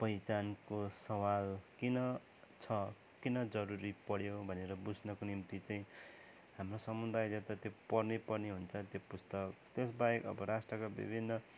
पहिचान सवाल किन छ किन जरूरी पऱ्यो भनेर बुझ्नुको निम्ति चाहिँ हाम्रो समुदायले त त्यो पढ्नै पर्ने हुन्छ त्यो पुस्तक त्यस बाहेक अब राष्ट्रका बिभिन्न